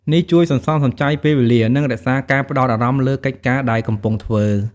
នេះជួយសន្សំសំចៃពេលវេលា និងរក្សាការផ្ដោតអារម្មណ៍លើកិច្ចការដែលកំពុងធ្វើ។